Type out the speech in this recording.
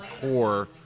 core